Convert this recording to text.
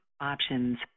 options